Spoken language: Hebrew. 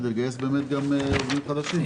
כדי לגייס באמת גם עובדים חדשים.